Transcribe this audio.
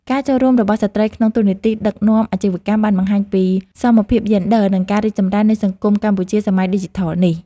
ការចូលរួមរបស់ស្ត្រីក្នុងតួនាទីដឹកនាំអាជីវកម្មបានបង្ហាញពីសមភាពយេនឌ័រ និងការរីកចម្រើននៃសង្គមកម្ពុជាសម័យឌីជីថលនេះ។